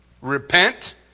Repent